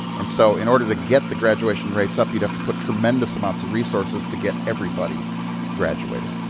and so in order to get the graduation rates up, youid have to put tremendous amounts of resources to get everybody graduating,